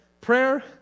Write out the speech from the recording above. prayer